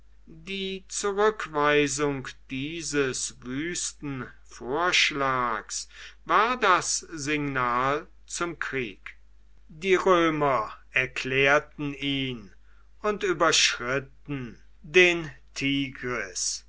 die zurückweisung dieses wüsten vorschlags war das signal zum krieg die römer erklärten ihn und überschritten den